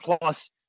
plus